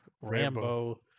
Rambo